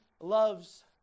loves